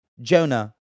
jonah